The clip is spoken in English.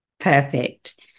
Perfect